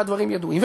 והדברים ידועים.